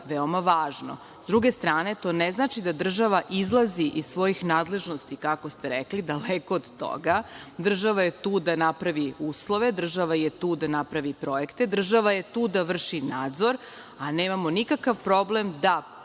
veoma važno.S druge strane, to ne znači da država izlazi iz svojih nadležnosti, kako ste rekli. Daleko od toga, država je tu da napravi uslove, država je tu da napravi projekte, država je tu da vrši nadzor, a nemamo nikakav problem da